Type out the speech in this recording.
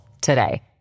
today